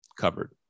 covered